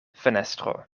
fenestro